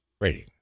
rating